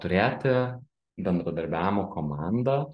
turėti bendradarbiavimo komandą